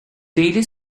daily